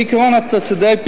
בעיקרון אתה צודק.